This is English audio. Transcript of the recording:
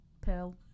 pearl